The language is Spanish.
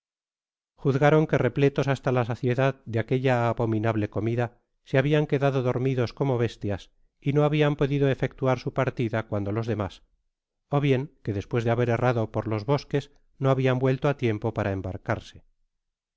juzgaron que repletos hasta la saciedad de aquella abominable comida se habian quedado dormidos como bestias y no habian podido efectuar su partida cuando los demás ó bien que despues de haber errado por los bosques no habian vuelto á tiempo para embarcarse